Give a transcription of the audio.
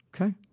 Okay